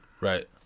Right